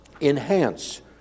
enhance